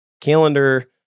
calendar